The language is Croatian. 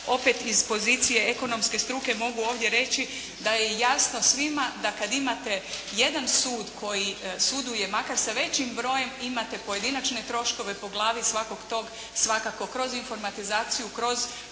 Opet iz pozicije ekonomske struke mogu ovdje reći da je jasno svima da kad imate jedan sud koji suduje makar sa većim brojem imate pojedinačne troškove po glavi svakog tog svakako kroz informatizaciju, kroz